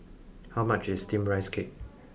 how much is steamed rice cake